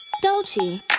Dolce